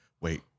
Wait